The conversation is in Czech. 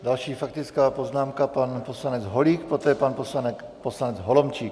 Další faktická poznámka, pan poslanec Holík, poté pan poslanec Holomčík.